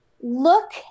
look